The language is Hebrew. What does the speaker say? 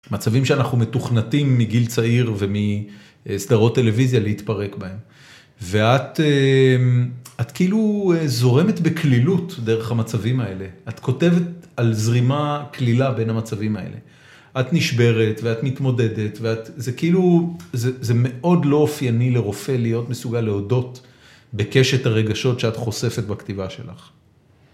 מצבים שאנחנו מתוכנתים מגיל צעיר ומסדרות טלוויזיה להתפרק בהם. ואת כאילו זורמת בכלילות דרך המצבים האלה. את כותבת על זרימה כלילה בין המצבים האלה. את נשברת ואת מתמודדת, ואת, זה כאילו, זה זה מאוד לא אופייני לרופא להיות מסוגל להודות בקשת הרגשות שאת חושפת בכתיבה שלך.